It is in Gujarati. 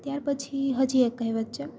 ત્યાર પછી હજી એક કહેવત છે